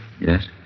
Yes